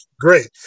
great